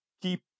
keep